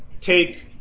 take